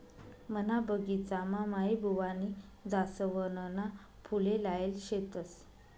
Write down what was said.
मना बगिचामा माईबुवानी जासवनना फुले लायेल शेतस